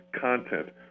content